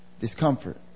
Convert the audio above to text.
Discomfort